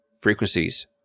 frequencies